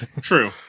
True